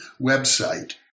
website